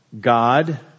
God